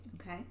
Okay